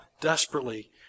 desperately